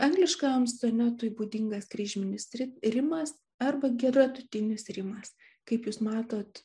angliškajam sonetui būdingas kryžminis ri rimas arba greturinis rimas kaip jūs matot